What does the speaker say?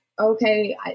okay